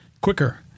quicker